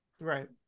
Right